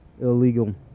illegal